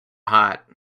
hot